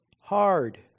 hard